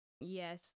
yes